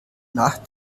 nacht